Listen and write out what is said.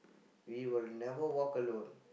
we will never walk alone